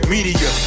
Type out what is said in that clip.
Media